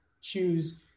choose